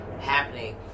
happening